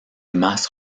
más